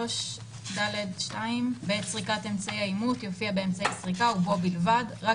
3 ד' 2 בעת סריקת אמצעי האימות יופיע באמצעי הסריקה ובו בלבד רק